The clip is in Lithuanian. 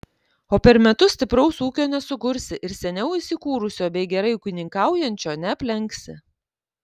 o per metus stipraus ūkio nesukursi ir seniau įsikūrusio bei gerai ūkininkaujančio neaplenksi